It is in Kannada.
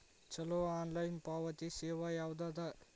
ಛಲೋ ಆನ್ಲೈನ್ ಪಾವತಿ ಸೇವಾ ಯಾವ್ದದ?